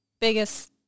biggest